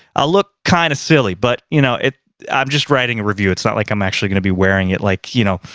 i'll look kind of silly. but, you know, i'm just writing a review. it's not like i'm actually gonna be wearing it, like you know,